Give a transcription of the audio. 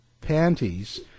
panties